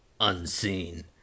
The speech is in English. unseen